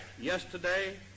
yesterday